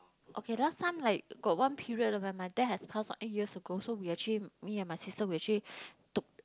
okay last time like got one period uh when my dad has passed on eight years ago so we actually me and my sister we actually took